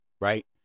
right